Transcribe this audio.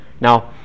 Now